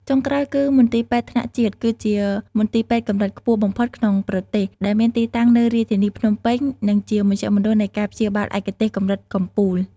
ចុងក្រោយគឺ មន្ទីរពេទ្យថ្នាក់ជាតិ គឺជាមន្ទីរពេទ្យកម្រិតខ្ពស់បំផុតក្នុងប្រទេស ដែលមានទីតាំងនៅរាជធានីភ្នំពេញ និងជាមជ្ឈមណ្ឌលនៃការព្យាបាលឯកទេសកម្រិតកំពូល។